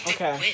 Okay